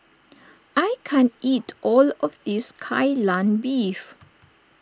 I can't eat all of this Kai Lan Beef